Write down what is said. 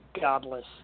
Godless